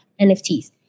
NFTs